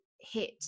hit